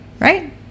Right